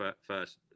first